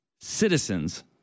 Citizens